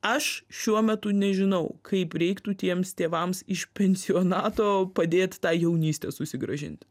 aš šiuo metu nežinau kaip reiktų tiems tėvams iš pensionato padėt tą jaunystę susigrąžinti